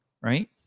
right